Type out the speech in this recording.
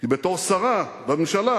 כי בתור שרה בממשלה